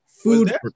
Food